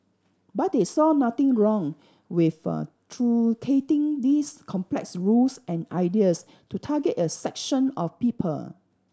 but they saw nothing wrong with a truncating these complex rules and ideas to target a section of people